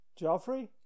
Joffrey